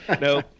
No